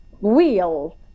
wheel